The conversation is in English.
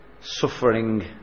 suffering